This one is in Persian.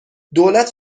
دولت